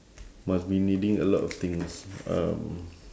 must be needing a lot of things um